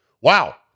wow